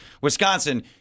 Wisconsin